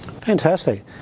fantastic